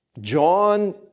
John